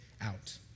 out